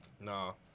No